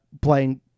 playing